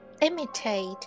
imitate